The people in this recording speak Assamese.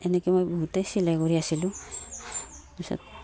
এনেকৈ মই বহুতেই চিলাই কৰি আছিলোঁ তাৰ পিছত